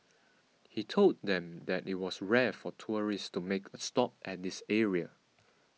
he told them that it was rare for tourists to make a stop at this area